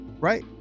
right